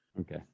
Okay